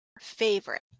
favorite